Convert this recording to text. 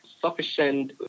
sufficient